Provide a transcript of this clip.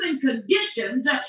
conditions